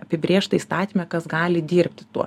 apibrėžta įstatyme kas gali dirbti tuo